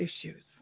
issues